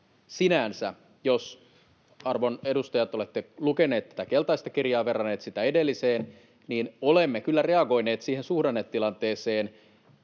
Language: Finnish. sinänsä — jos, arvon edustajat, olette lukeneet tätä keltaista kirjaa, verranneet sitä edelliseen — olemme kyllä reagoineet siihen suhdannetilanteeseen.